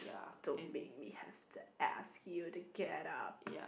don't make me have to ask you to get up